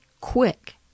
quick